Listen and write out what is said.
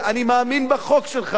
אני מאמין בחוק שלך,